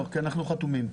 לא, כי אנחנו חתומים.